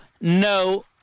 no